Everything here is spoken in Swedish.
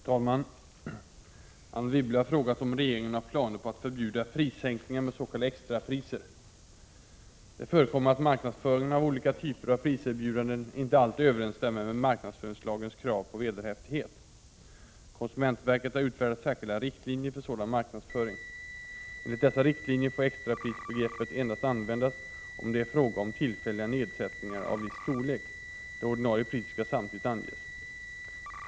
Fru talman! Anne Wibble har frågat om regeringen har planer på att förbjuda prissänkningar med s.k. extrapriser. Det förekommer att marknadsföringen av olika typer av priserbjudanden inte alltid överensstämmer med marknadsföringslagens krav på vederhäftighet. Konsumentverket har utfärdat särskilda riktlinjer för sådan marknadsföring. Enligt dessa riktlinjer får extraprisbegreppet endast användas om det är fråga om tillfälliga nedsättningar av viss storlek. Det ordinarie priset skall samtidigt anges.